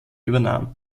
übernahm